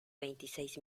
veintiséis